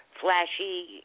flashy